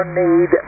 need